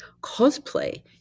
Cosplay